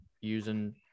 using